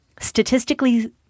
statistically